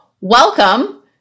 welcome